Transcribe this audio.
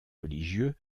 religieux